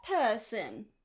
person